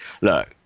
Look